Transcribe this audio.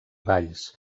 valls